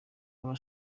aba